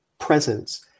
presence